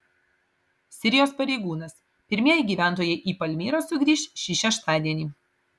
sirijos pareigūnas pirmieji gyventojai į palmyrą sugrįš šį šeštadienį